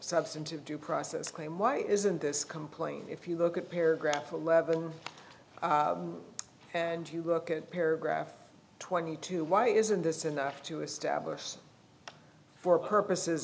substantive due process claim why isn't this complaint if you look at paragraph eleven and you look at paragraph twenty two why isn't this enough to establish for purposes